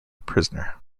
prisoner